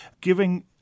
giving